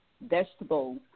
vegetables